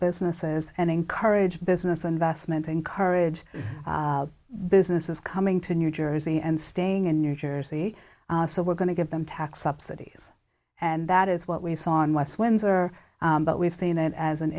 businesses and encourage business investment encourage businesses coming to new jersey and staying in new jersey so we're going to give them tax subsidies and that is what we saw in west windsor but we've seen it as an